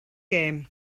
gem